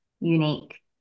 unique